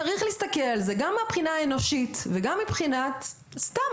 צריך להסתכל על זה גם מהבחינה האנושית וגם מהבחינה של סתם,